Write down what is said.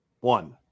One